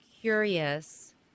curious